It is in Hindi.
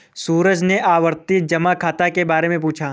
सूरज ने आवर्ती जमा खाता के बारे में पूछा